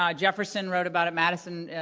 um jefferson wrote about it. madison, yeah